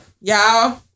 Y'all